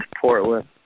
portland